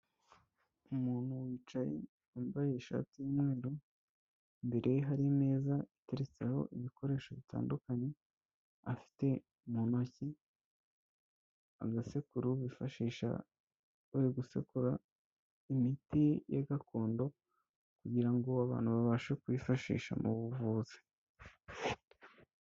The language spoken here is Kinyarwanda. Umuntu wicaye wambaye ishati y'umweru, imbere ye hari imeza iteretseho ibikoresho bitandukanye, afite mu ntoki agasekuru bifashisha bari gusekura imiti ya gakondo kugira ngo abantu babashe kuyifashisha mu buvuzi.